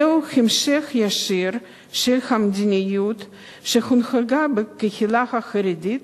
זהו המשך ישיר של המדיניות שהונהגה בקהילה החרדית